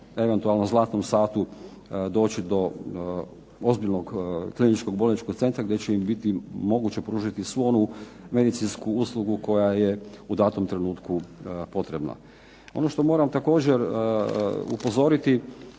eventualno zlatnom satu doći do ozbiljnog kliničkog bolničkog centra gdje će im biti moguće pružiti svu onu medicinsku uslugu koja je u datom trenutku potrebna. Ono što moram također upozoriti